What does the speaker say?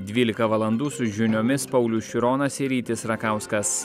dvylika valandų su žiniomis paulius šironas ir rytis rakauskas